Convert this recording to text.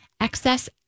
Excess